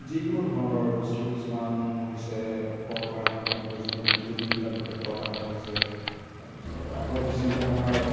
যিকোনো ধৰণৰ বস্তু কিছুমান হৈছে কল কাৰখানাৰ পৰা আদি কৰি যিকোনো উদ্যোগ এইবিলাকৰ ক্ষেত্ৰত আগবাঢ়িছে তাৰপিছত আগত যিবিলাক আমাৰ